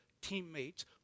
teammates